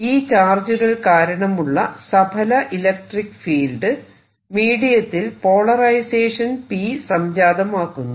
ഈ ചാർജുകൾ കാരണമുള്ള സഫല ഇലക്ട്രിക്ക് ഫീൽഡ് മീഡിയത്തിൽ പോളറൈസേഷൻ P സംജാതമാക്കുന്നു